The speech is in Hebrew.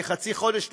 כי חצי חודש נוסף,